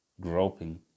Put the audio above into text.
groping